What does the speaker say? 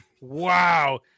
Wow